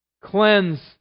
cleanse